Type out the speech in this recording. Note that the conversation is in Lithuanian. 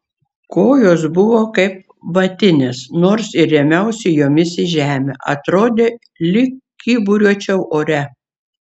kojos buvo kaip vatinės nors ir rėmiausi jomis į žemę atrodė lyg kyburiuočiau ore